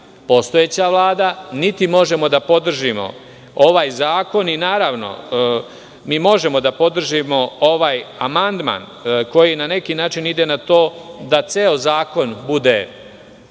postojeća vlada, niti možemo da podržimo ovaj zakon. Naravno, mi možemo da podržimo ovaj amandman koji na neki način ide na to da ceo zakon bude